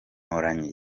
mporanyi